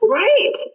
right